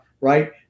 right